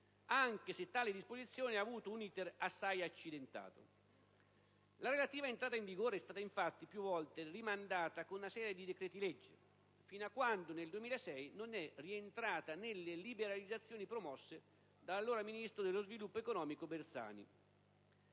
anche se tale disposizione ha avuto un *iter* assai accidentato. La relativa entrata in vigore è stata infatti più volte rimandata con una serie di decreti-legge, fino a quando nel 2006 non è rientrata nelle liberalizzazioni promosse dall'allora ministro dello sviluppo economico Bersani.